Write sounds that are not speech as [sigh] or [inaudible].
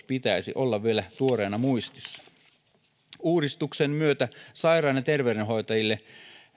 [unintelligible] pitäisi olla vielä tuoreena muistissa uudistuksen myötä sairaan ja terveydenhoitajille